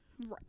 Right